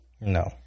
No